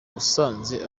usanze